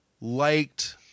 liked